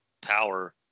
Power